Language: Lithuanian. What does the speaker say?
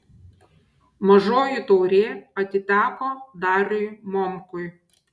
mažoji taurė atiteko dariui momkui